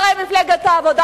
שרי מפלגת העבודה,